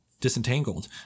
disentangled